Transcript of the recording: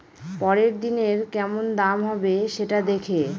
পরের দিনের কেমন দাম হবে, সেটা দেখে